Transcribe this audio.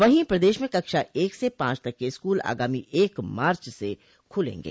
वहीं प्रदेश में कक्षा एक से पांच तक के स्कूल आगामी एक मार्च से खुलेंगे